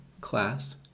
class